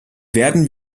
werden